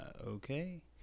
okay